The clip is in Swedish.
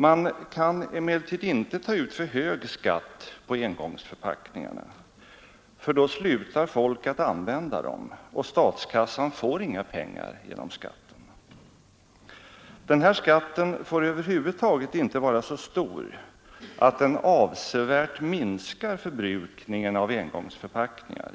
Man kan emellertid inte ta ut för hög skatt på engångsförpackningarna, ty då slutar människor att använda dem, och statskassan får inga pengar genom skatten. Denna skatt får över huvud taget inte vara så stor att den avsevärt minskar förbrukningen av engångsförpackningar,